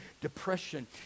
depression